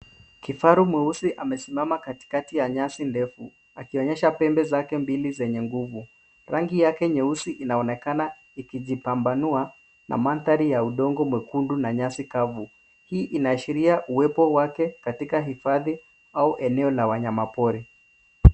Kifaru mweusi amesimama katikati ya nyasi ndefu akionyesha pembe zake mbili zenye nguvu. Rangi yake nyeusi inaonekana ikijipambanua na mandhari ya udongo mwekundu na nyasi kavu. Hii inaashiria uwepo wake katika hifadhi au eneo la wanyapori.